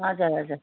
हजुर हजुर